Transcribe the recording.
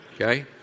Okay